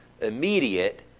immediate